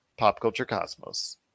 PopCultureCosmos